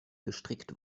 gestrickt